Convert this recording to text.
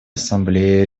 ассамблее